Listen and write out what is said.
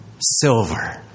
Silver